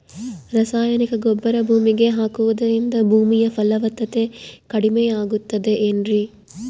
ರಾಸಾಯನಿಕ ಗೊಬ್ಬರ ಭೂಮಿಗೆ ಹಾಕುವುದರಿಂದ ಭೂಮಿಯ ಫಲವತ್ತತೆ ಕಡಿಮೆಯಾಗುತ್ತದೆ ಏನ್ರಿ?